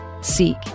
seek